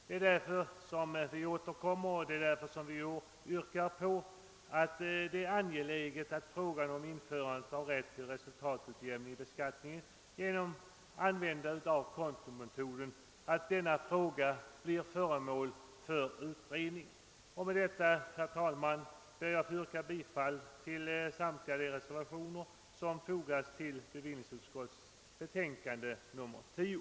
Det är därför vi återkommer, och det är därför som vi yrkar att frågan om införande av rätt till resultatutjämning vid beskattningen genom användande av kontometod skall bli föremål för utredning. Med detta, herr talman, ber jag att få yrka bifall till samtliga reservationer som fogats till bevillningsutskottets betänkande nr 10.